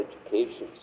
education